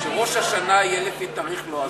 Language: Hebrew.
שראש השנה יהיה לפי תאריך לועזי?